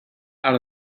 out